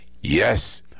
Yes